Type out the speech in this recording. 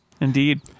Indeed